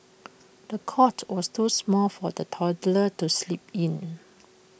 the cot was too small for the toddler to sleep in